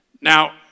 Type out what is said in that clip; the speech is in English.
Now